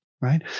right